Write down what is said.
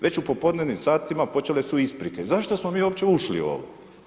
Već u popodnevnim satima počele su isprike, zašto smo mi uopće ušli u ovo.